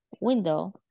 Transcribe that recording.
window